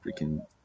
freaking